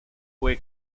fue